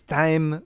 time